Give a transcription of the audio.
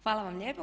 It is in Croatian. Hvala vam lijepo.